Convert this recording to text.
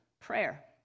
prayer